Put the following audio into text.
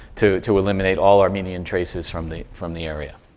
to to eliminate all armenian traces from the from the area.